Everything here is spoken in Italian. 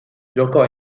giocò